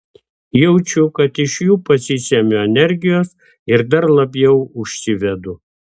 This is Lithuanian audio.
jaučiu kad iš jų pasisemiu energijos ir dar labiau užsivedu